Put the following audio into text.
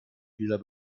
fehler